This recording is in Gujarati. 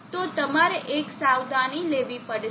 તો તમારે એક સાવધાની લેવી પડશે